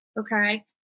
Okay